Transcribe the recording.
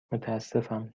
متاسفم